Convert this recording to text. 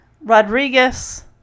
Rodriguez